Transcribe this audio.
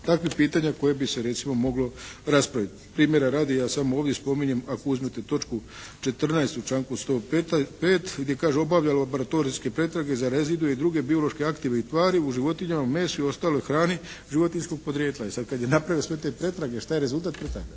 takvih pitanja koje bi se recimo moglo raspraviti. Primjera radi ja samo ovdje spominjem ako uzmete točku 14. u članku 105. gdje kaže obavlja laboratorijske pretrage za … /Govornik se ne razumije./ … i druge biološke aktivne tvari u životinjama, mesu i ostaloj hrani životinjskog porijekla. E sad kad je napravio sve te pretrage što je rezultat pretraga?